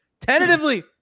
tentatively